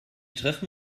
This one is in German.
treffen